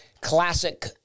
classic